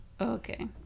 okay